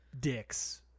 dicks